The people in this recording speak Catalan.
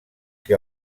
que